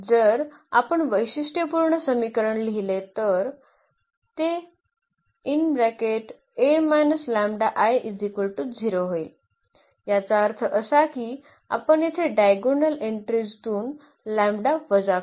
जर आपण वैशिष्ट्यपूर्ण समीकरण लिहिले तर ते होईल याचा अर्थ असा की आपण येथे डायगोनल एन्ट्रीजतुन लॅम्बडा वजा करू